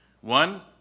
One